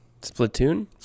Splatoon